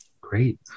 great